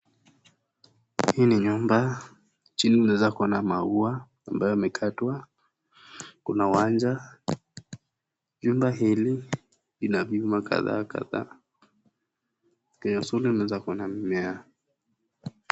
Hili nyumba, chini unaweza kuona maua, ambayo yamekatwa, kuna uwanja, jumba hili, lina vyuma kadhaa kadhaa, kiesode unaeza kuona mimea.